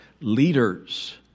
leaders